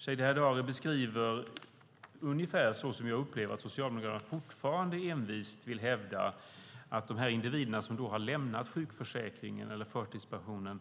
Shadiye Heydari beskriver det ungefär så som jag upplever att Socialdemokraterna fortfarande envist hävdar. De individer som har lämnat sjukförsäkringen eller förtidspensionen